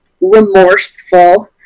remorseful